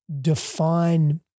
define